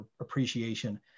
appreciation